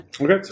okay